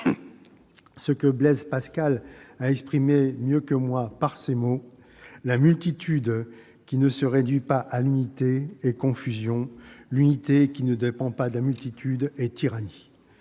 l'échec. Blaise Pascal l'a exprimé mieux que moi par ces mots :« La multitude qui ne se réduit pas à l'unité est confusion ; l'unité qui ne dépend pas de la multitude est tyrannie.